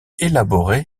élaborées